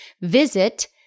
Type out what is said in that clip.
Visit